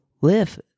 live